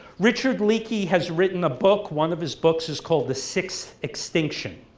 richard leakey has written a book one of his books is called the sixth extinction,